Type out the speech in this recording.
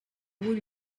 vull